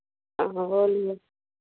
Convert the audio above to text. हाँ हाँ बोलिए